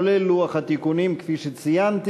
כולל לוח התיקונים כפי שציינתי,